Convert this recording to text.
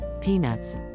peanuts